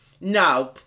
No